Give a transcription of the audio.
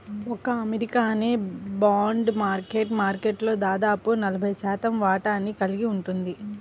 ఒక్క అమెరికానే bond market మార్కెట్లో దాదాపు నలభై శాతం వాటాని కలిగి ఉంది